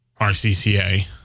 RCCA